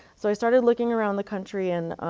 so i started looking around the country and